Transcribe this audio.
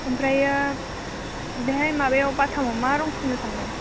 ओमफ्रायो बेहाय माबायाव बाटामाव मा रं फुननो सान्दों